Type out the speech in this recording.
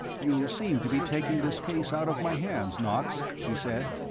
you seem to be taking this case out of my hands, knox, he said.